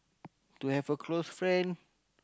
to have a close friend